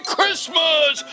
Christmas